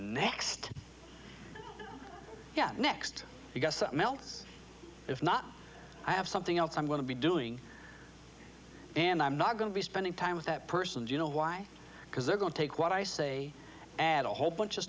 next yeah next you've got something else if not i have something else i'm going to be doing and i'm not going to be spending time with that person you know why because they're going to take what i say add a whole bunch of